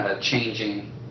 changing